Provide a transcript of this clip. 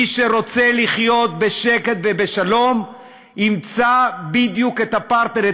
מי שרוצה לחיות בשקט ובשלום ימצא בדיוק את הפרטנר,